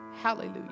Hallelujah